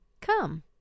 Come